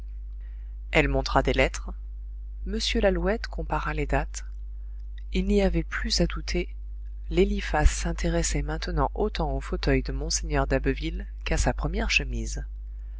elle montra des lettres m lalouette compara les dates il n'y avait plus à douter l'eliphas s'intéressait maintenant autant au fauteuil de mgr d'abbeville qu'à sa première chemise